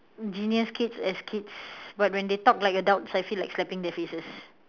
genius kids as kids but when they talk like adults I feel like slapping their faces